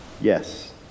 Yes